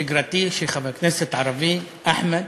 שגרתי, שחבר כנסת ערבי, אחמד,